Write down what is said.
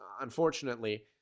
unfortunately